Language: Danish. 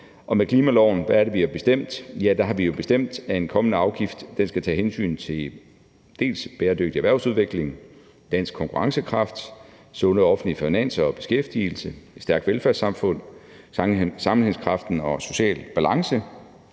Og hvad er det, vi har bestemt med klimaloven? Ja, der har vi jo bestemt, at en kommende afgift skal tage hensyn til bæredygtig erhvervsudvikling, dansk konkurrencekraft, sunde offentlige finanser og beskæftigelse, et stærkt velfærdssamfund, sammenhængskraft og social balance,